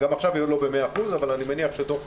גם עכשיו היא לא ב-100% אבל אני מניח שתוך